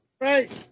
Right